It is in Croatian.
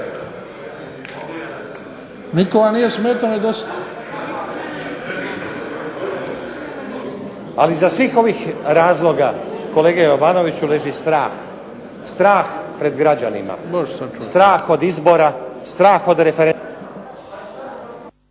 **Stazić, Nenad (SDP)** Ali iza svih ovih razloga kolege Jovanovića u vezi straha, strah pred građanima, strah od izbora, strah od referenduma